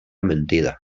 mentida